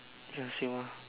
ya same ah